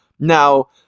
Now